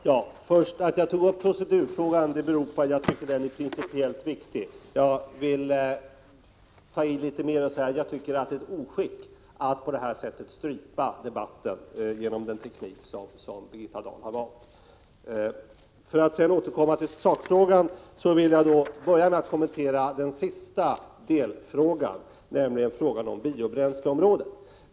Herr talman! Att jag tog upp procedurfrågan beror på att jag anser den vara principiellt viktig. Jag vill ta i litet mer och säga att jag tycker att det är ett oskick att strypa debatten genom den teknik som Birgitta Dahl har valt. För att sedan återkomma till sakfrågan, vill jag börja med att kommentera den sista delfrågan, nämligen frågan om biobränsleområdet.